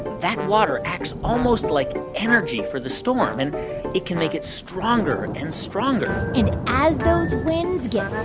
that water acts almost like energy for the storm, and it can make it stronger and stronger and as those winds get